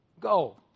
go